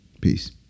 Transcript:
Peace